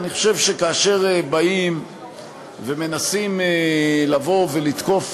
אני חושב שכאשר באים ומנסים לבוא ולתקוף